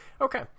Okay